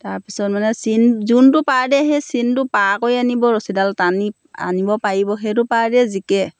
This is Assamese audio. তাৰপিছত মানে চিন যোনটো পাৰ্টিয়ে সেই চিনটো পাৰ কৰি আনিব ৰছীডাল আনি আনিব পাৰিব সেইটো পাৰ্টিয়ে জিকে